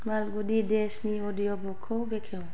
मालगुदि देजनि अडिअ'बुकखौ बेखेव